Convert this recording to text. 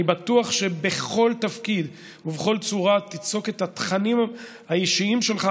אני בטוח שבכל תפקיד ובכל צורה תיצוק את התכנים האישיים שלך,